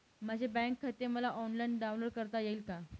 माझे बँक खाते मला ऑनलाईन डाउनलोड करता येईल का?